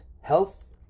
health